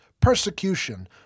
persecution